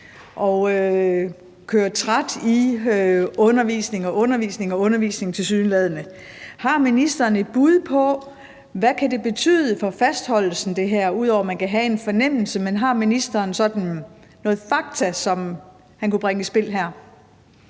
kører træt i undervisning og undervisning og atter undervisning. Har ministeren et bud på, hvad det her kan betyde for fastholdelsen? Ud over at man kan have en fornemmelse, har ministeren sådan noget fakta, som han kunne bringe i spil her?